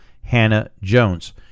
Hannah-Jones